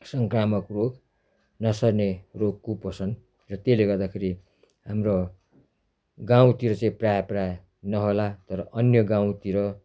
सङ्क्रामक रोग नसर्ने रोग कुपोषण र त्यसले गर्दाखेरि हाम्रो गाउँतिर चाहिँ प्रायः प्रायः नहोला तर अन्य गाउँतिर